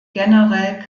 generell